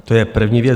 To je první věc.